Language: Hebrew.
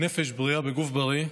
"נפש בריאה בגוף בריא",